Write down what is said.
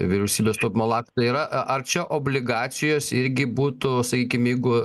vyriausybės taupymo laktai yra a ar čia obligacijos irgi būtų sakykim jeigu